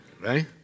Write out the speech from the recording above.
right